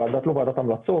לא ועדת המלצות,